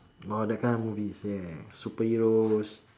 oh that kind of movies ya superheroes